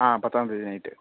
ஆ பத்தாம்தேதி நைட்டு